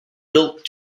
built